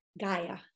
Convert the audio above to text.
Gaia